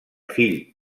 fill